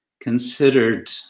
considered